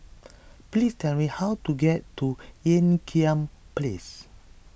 please tell me how to get to Ean Kiam Place